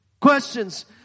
Questions